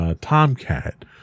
Tomcat